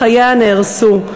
חייה נהרסו.